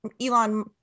Elon